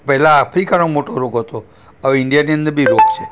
પહેલાં આફ્રિકાનો મોટો રોગ હતો હવે ઈન્ડિયાની અંદર બી રોગ છે